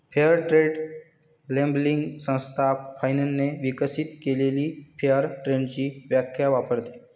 fair trade labelling संस्था फाइनने विकसित केलेली फेअर ट्रेडची व्याख्या वापरते